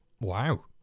Wow